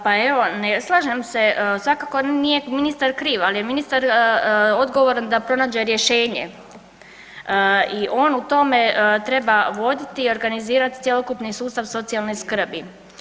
Pa evo ne slažem se, svakako nije ministar kriv, ali je ministar odgovoran da pronađe rješenje i on u tome treba voditi i organizirati cjelokupni sustav socijalne skrbi.